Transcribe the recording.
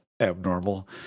abnormal